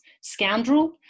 scoundrel